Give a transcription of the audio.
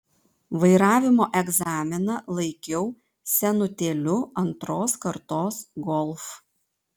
vairavimo egzaminą laikiau senutėliu antros kartos golf